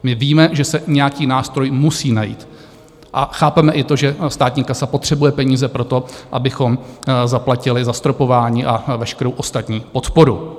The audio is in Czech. My víme, že se nějaký nástroj musí najít, a chápeme i to, že státní kasa potřebuje peníze pro to, abychom zaplatili zastropování a veškerou ostatní podporu.